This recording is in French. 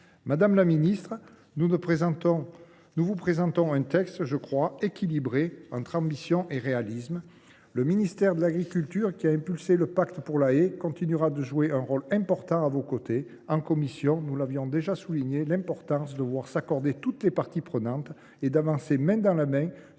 Madame la ministre, nous vous présentons un texte équilibré, à la fois ambitieux et réaliste. Le ministère de l’agriculture, qui a impulsé le pacte pour la haie, continuera de jouer un rôle important à vos côtés. En commission, nous avons souligné l’importance de voir toutes les parties prenantes s’accorder et avancer main dans la main pour concilier